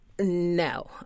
No